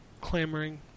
clamoring